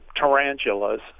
tarantulas